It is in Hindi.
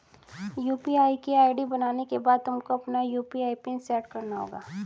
यू.पी.आई की आई.डी बनाने के बाद तुमको अपना यू.पी.आई पिन सैट करना होगा